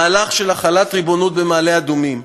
מהלך של החלת ריבונות במעלה-אדומים,